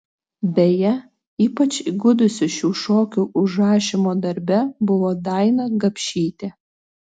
beje ypač įgudusi šių šokių užrašymo darbe buvo daina gapšytė